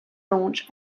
launch